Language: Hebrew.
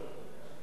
שר הבריאות.